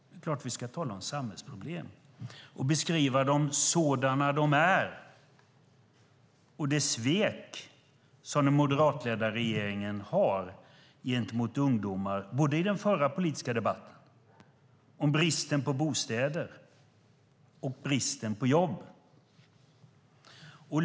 Det är klart att vi ska tala om samhällsproblem och beskriva dem sådana de är och om sveket från den moderatledda regeringen gentemot ungdomar. Det gäller både i den här politiska debatten och i den förra debatten om bristen på bostäder och bristen på jobb.